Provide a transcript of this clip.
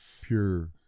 pure